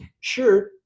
Sure